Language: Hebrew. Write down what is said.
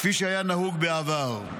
כפי שהיה נהוג בעבר.